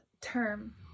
term